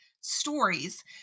stories